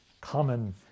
common